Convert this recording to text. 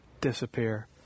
disappear